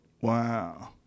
Wow